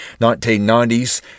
1990s